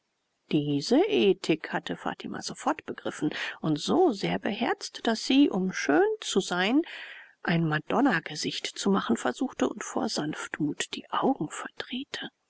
diese ethik hat fatima sofort begriffen und so sehr beherzigt daß sie um schön zu sein ein madonnagesicht zu machen versuchte und vor sanftmut die augen verdrehte